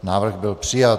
Návrh byl přijat.